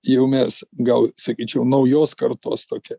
jau mes gal sakyčiau naujos kartos tokia